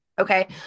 Okay